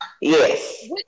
yes